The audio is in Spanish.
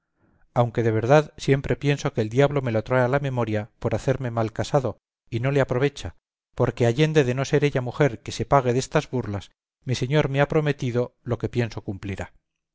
aunque de verdad siempre pienso que el diablo me lo trae a la memoria por hacerme malcasado y no le aprovecha porque allende de no ser ella mujer que se pague destas burlas mi señor me ha prometido lo que pienso cumplirá